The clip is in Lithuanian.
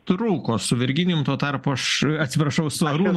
trūko su virginijum tuo tarpu aš atsiprašau su arūnu